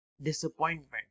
disappointment